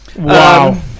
Wow